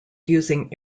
using